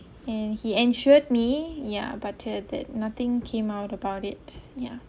and he ensured me ya but that nothing came out about it ya